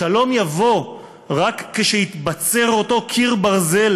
השלום יבוא רק כאשר יתבצר אותו קיר ברזל